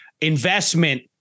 Investment